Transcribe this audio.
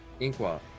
Inqua